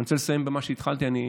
ואני רוצה לסיים במה שהתחלתי, אני